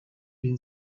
bin